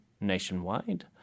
nationwide